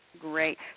Great